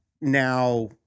now